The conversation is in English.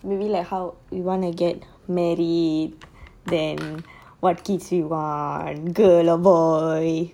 maybe like how you wanna get married then what kids you want girl or boy